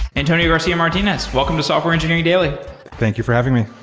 antonio garcia martinez, welcome to software engineering daily thank you for having me.